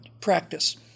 practice